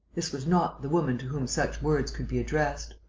this was not the woman to whom such words could be addressed.